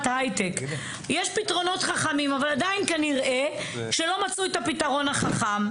יש פתרונות חכמים אבל עדיין כנראה לא מצאו את הפתרון החכם.